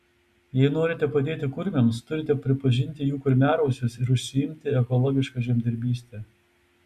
jei norite padėti kurmiams turite pripažinti jų kurmiarausius ir užsiimti ekologiška žemdirbyste